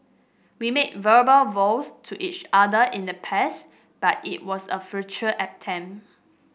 we made verbal vows to each other in the past but it was a futile attempt